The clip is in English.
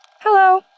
Hello